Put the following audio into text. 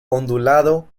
ondulado